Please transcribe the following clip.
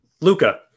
Luca